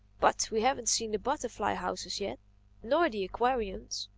but we haven't seen the butterfly-houses yet nor the aquariums.